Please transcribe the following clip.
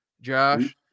Josh